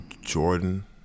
Jordan